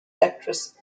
actress